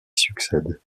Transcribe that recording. succède